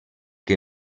que